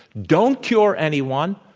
don't cure anyone,